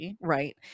Right